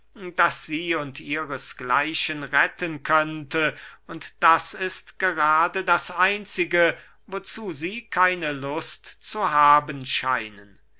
das sie und ihres gleichen retten könnte und das ist gerade das einzige wozu sie keine lust zu haben scheinen